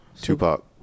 Tupac